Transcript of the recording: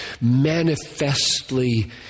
manifestly